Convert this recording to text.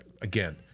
again